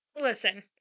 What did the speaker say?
listen